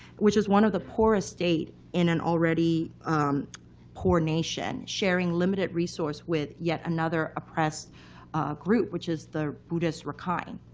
which is one of the poorest states in an already poor nation, sharing limited resource with yet another oppressed group, which is the buddhist rakhine.